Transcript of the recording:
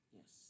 Yes